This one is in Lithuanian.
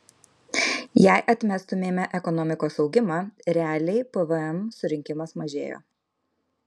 jei atmestumėme ekonomikos augimą realiai pvm surinkimas mažėjo